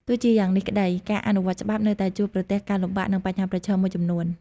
ទោះជាយ៉ាងនេះក្ដី ការអនុវត្តច្បាប់នៅតែជួបប្រទះការលំបាក និងបញ្ហាប្រឈមមួយចំនួន។